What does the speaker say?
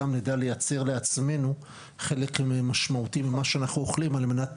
נדע לייצר לעצמנו חלק משמעותי ממה שאנחנו אוכלים על מנת